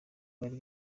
bari